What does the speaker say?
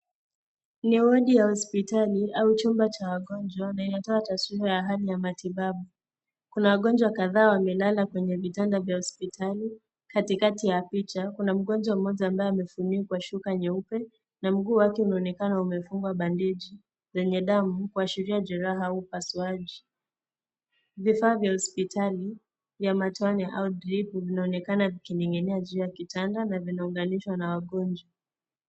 Ni wodi ya hospitali au chumba cha wagonjwa na inatoa taswira ya hali ya matibabu kuna wagonjwa kadhaa wamelala kwenye vitanda vya hospitali katikati ya picha kuna mgonjwa mmoja ambaye amefunikwa shuka nyeupe na mguu wake unaonekana umefungwa bandeji lenye damu kuashiria jeraha au upasuaji . Vifaa vya hospitali vya matone au [cs ] dripu vinaonekana vikining'inia juu ya kitanda na vimeunganishwa na wagonjwa.